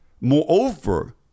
moreover